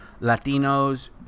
Latinos